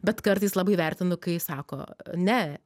bet kartais labai vertinu kai sako ne